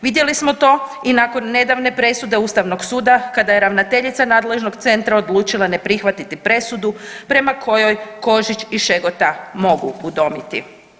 Vidjeli smo to i nakon nedavne presude Ustavnog suda kada je ravnateljica nadležnog centra odlučila ne prihvatiti presudu prema kojoj Kožić i Šegota mogu udomiti.